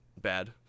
bad